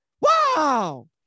Wow